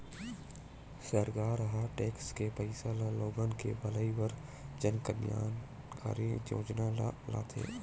सरकार ह टेक्स के पइसा ल लोगन के भलई बर जनकल्यानकारी योजना लाथे